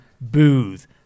Booth